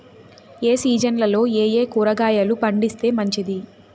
ఏ సీజన్లలో ఏయే కూరగాయలు పండిస్తే మంచిది